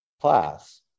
class